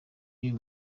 y’uyu